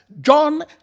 John